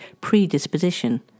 predisposition